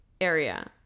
area